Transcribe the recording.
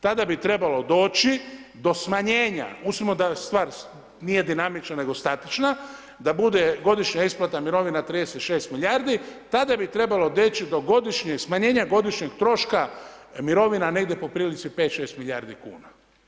Tada bi trebalo doći do smanjenja, uzmimo da stvar nije dinamična nego statična, da bude godišnja isplata mirovina 36 milijardi, tada bi trebalo doći do godišnjeg smanjenja godišnjeg troška mirovina negdje po prilici 5,6 milijardi kuna.